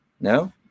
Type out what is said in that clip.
No